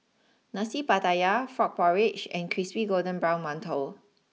Nasi Pattaya Frog Porridge and Crispy Golden Brown Mantou